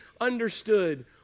understood